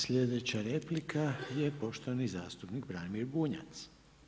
Sljedeća replika je poštovani zastupnik Branimir Bunjac.